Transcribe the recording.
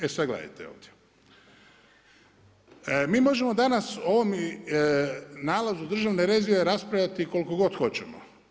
E sad gledajte ovdje, mi možemo danas o ovom nalazu Državne revizije raspravljati koliko god hoćemo.